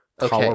Okay